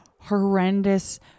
horrendous